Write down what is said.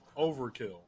Overkill